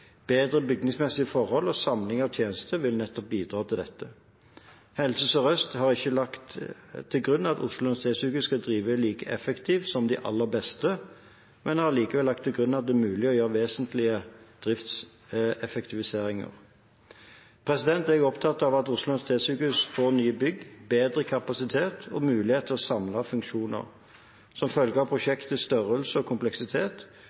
Bedre bygningsmessige forhold og samling av tjenester vil nettopp bidra til dette. Helse Sør-Øst har ikke lagt til grunn at Oslo universitetssykehus skal drive like effektivt som de aller beste, men har likevel lagt til grunn at det er mulig å gjøre vesentlige driftseffektiviseringer. Jeg er opptatt av at Oslo universitetssykehus får nye bygg, bedre kapasitet og mulighet til å samle funksjoner. Som følge av prosjektets størrelse og kompleksitet,